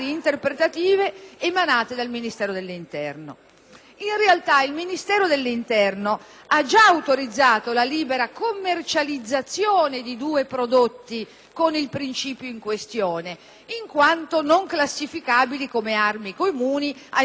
In realtà, il Ministero dell'interno ha già autorizzato la libera commercializzazione di due prodotti contenenti il principio in questione, in quanto non classificabili armi comuni, ai sensi dell'articolo 2 della legge n. 110 del 1975,